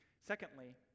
Secondly